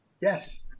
Yes